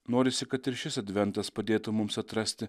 norisi kad ir šis adventas padėtų mums atrasti